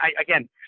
again